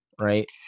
Right